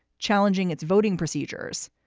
challenging its voting procedures.